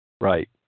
Right